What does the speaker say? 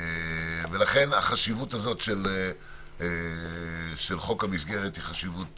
ולכן, החשיבות הזאת של חוק המסגרת היא חשיבות